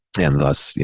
and thus, you